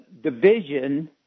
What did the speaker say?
division